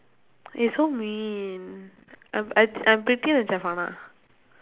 you're so mean I'm I I am prettier than